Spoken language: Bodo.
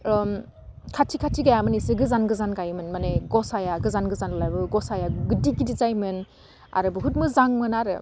खाथि खाथि गाइयामोन एसे गोजान गोजान गायोमोन माने गसाया गोजान गोजान लाबो गसाया गिदिर गिदिर जायोमोन आरो बुहुत मोजांमोन आरो